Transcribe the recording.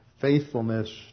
faithfulness